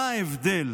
מה ההבדל